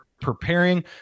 preparing